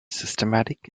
systematic